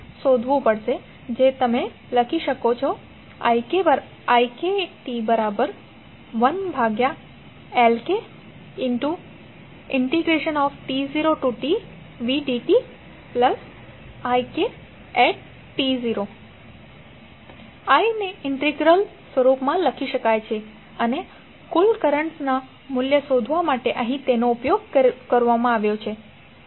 તેથી તમે લખશો ikt1Lkt0tvdtik i ને ઇંટિગ્રલ સ્વરૂપમાં લખી શકાય છે અને કુલ કરંટના મૂલ્ય શોધવા માટે અહીં તેનો ઉપયોગ કરવામાં આવ્યો છે